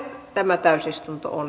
tämä täysistuntoon